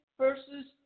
versus